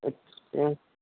अच्छा